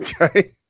Okay